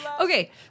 Okay